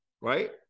Right